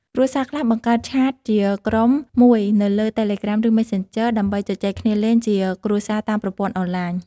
គ្រួសារខ្លះបង្កើតឆាតជាក្រុមមួយនៅលើ Telegram ឬ Messenger ដើម្បីជជែកគ្នាលេងជាគ្រួសារតាមប្រព័ន្ធអនឡាញ។